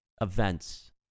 events